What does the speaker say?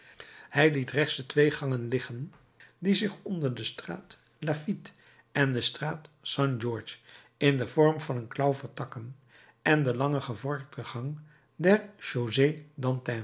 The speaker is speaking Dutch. hij liet rechts de twee gangen liggen die zich onder de straat lafitte en de straat st georges in den vorm van een klauw vertakken en de lange gevorkte gang der